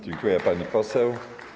Dziękuję, pani poseł.